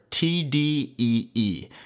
T-D-E-E